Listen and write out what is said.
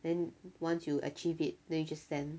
then once you achieve it then you just send